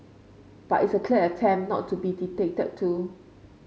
but it's a clear attempt not to be dictated to